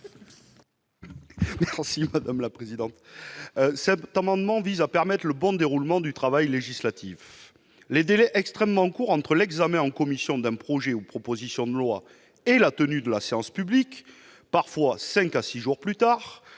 Cet amendement vise à permettre le bon déroulement du travail législatif. Les délais extrêmement courts entre l'examen en commission d'un projet ou d'une proposition de loi et la tenue de la séance publique, parfois cinq à six jours plus tard,